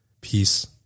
peace